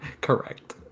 Correct